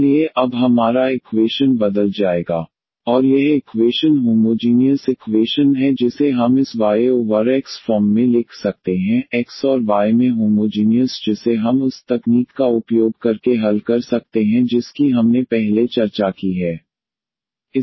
इसलिए अब हमारा इक्वेशन बदल जाएगा ⟹dYdXaXbYaXbYabYXabYX और यह इक्वेशन होमोजीनियस इक्वेशन है जिसे हम इस Y ओवर X फॉर्म में लिख सकते हैं X और Y में होमोजीनियस जिसे हम उस तकनीक का उपयोग करके हल कर सकते हैं जिसकी हमने पहले चर्चा की है